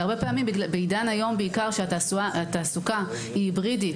והרבה פעמים בעידן היום בעיקר כשהתעסוקה היא היברידית,